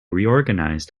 reorganized